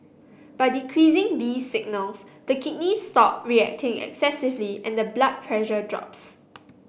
by decreasing these signals the kidneys stop reacting excessively and the blood pressure drops